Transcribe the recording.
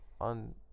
on